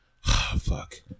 Fuck